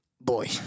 Boy